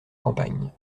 campagne